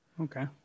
Okay